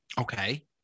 Okay